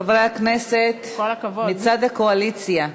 חברי הכנסת מצד הקואליציה,